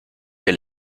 elle